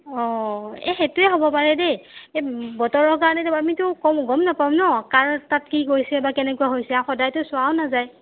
অঁ এই সেইটোৱে হ'ব পাৰে দেই এই বতৰৰ কাৰণে আমিতো গম নাপাম ন' কাৰ তাত কি গৈছে বা কেনেকুৱা হৈছে আৰু সদায়তো চোৱাও নাযায়